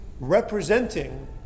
representing